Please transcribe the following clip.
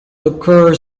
occur